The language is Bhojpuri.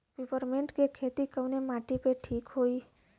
पिपरमेंट के खेती कवने माटी पे ठीक होई?